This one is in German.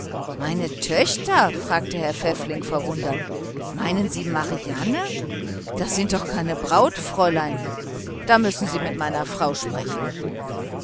meine töchter fragte herr pfäffling verwundert sie meinen die marianne das sind doch keine brautfräulein da müssen sie mit meiner frau sprechen